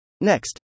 Next